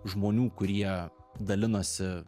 žmonių kurie dalinosi